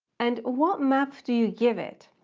and what map do you give it?